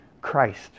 Christ